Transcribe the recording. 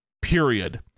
Period